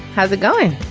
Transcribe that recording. how's it going.